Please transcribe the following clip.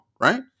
right